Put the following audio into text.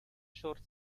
short